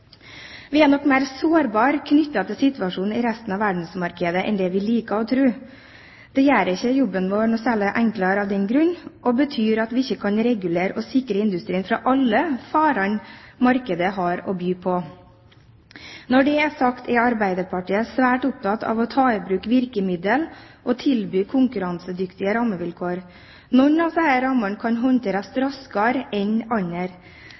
Vi er nok mer sårbare knyttet til situasjonen i resten av verdensmarkedet enn vi liker å tro. Det gjør ikke jobben vår særlig enklere, og det betyr at vi ikke kan regulere og sikre industrien fra alle farene markedet har å by på. Når det er sagt: Arbeiderpartiet er svært opptatt av å ta i bruk virkemiddel og tilby konkurransedyktige rammevilkår. Noen av disse rammene kan håndteres raskere enn andre.